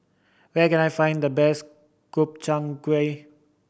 where can I find the best Gobchang Gui